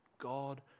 God